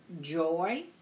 joy